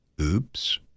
Oops